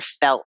felt